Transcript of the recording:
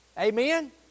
Amen